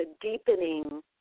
deepening